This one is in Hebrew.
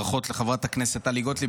ברכות לחברת הכנסת טלי גוטליב,